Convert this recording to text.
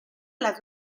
las